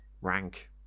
rank